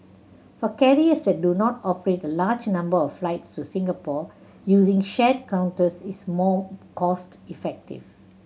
for carriers that do not operate a large number of flights to Singapore using shared counters is more cost effective